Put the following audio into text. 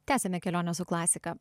tęsiame kelionę su klasika